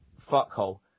fuckhole